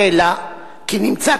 הצעת